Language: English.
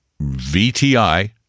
VTI